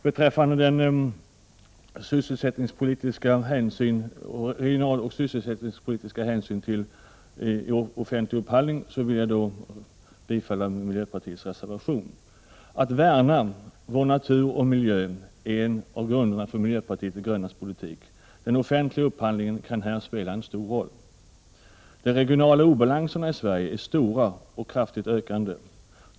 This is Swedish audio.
Beträffande den regionaloch sysselsättningspolitiska hänsynen till offentlig upphandling vill jag yrka bifall till miljöpartiets reservation. Att värna vår natur och miljö är en av grunderna för miljöpartiet de grönas politik. Den offentliga upphandlingen kan i detta sammanhang spela en stor roll. De regionala obalanserna i Sverige är stora och kraftigt ökande.